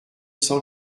cent